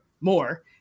more